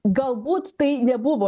galbūt tai nebuvo